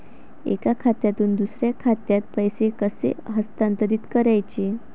एका खात्यातून दुसऱ्या खात्यात पैसे कसे हस्तांतरित करायचे